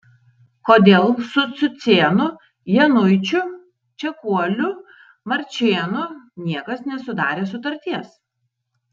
kodėl su cucėnu januičiu čekuoliu marčėnu niekas nesudarė sutarties